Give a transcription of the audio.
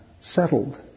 settled